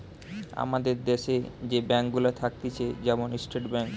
আমাদের দ্যাশে যে ব্যাঙ্ক গুলা থাকতিছে যেমন স্টেট ব্যাঙ্ক